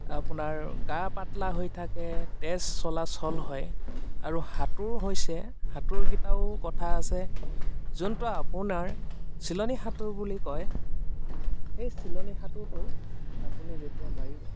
আপোনাৰ গা পাতলা হৈ থাকে তেজ চলাচল হয় আৰু সাঁতোৰ হৈছে সাঁতোৰকেইটাও কথা আছে যোনটো আপোনাৰ চিলনী সাঁতোৰ বুলি কয় সেই চিলনী সাঁতোৰটো আপুনি যেতিয়া মাৰিব